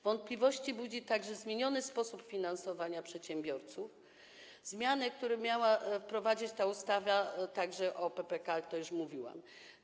Wątpliwości budzi także zmieniony sposób finansowania przedsiębiorców, czyli zmiany, które miała wprowadzić ta ustawa także w sprawie PPK, o czym już mówiłam.